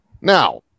Now